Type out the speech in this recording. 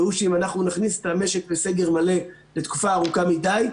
והוא שאם אנחנו נכניס את המשק לסגר מלא לתקופה ארוכה מדי,